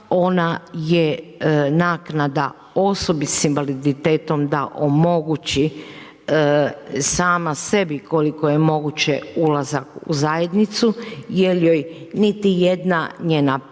ona je naknada osobi sa invaliditetom da omogući sama sebi koliko je moguće ulazak u zajednicu jer joj niti jedna njena prava